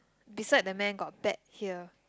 beside the man got bet here